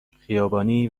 خیابانی